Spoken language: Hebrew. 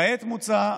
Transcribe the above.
כעת מוצע,